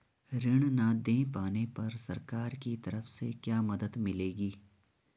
ऋण न दें पाने पर सरकार की तरफ से क्या मदद मिलेगी?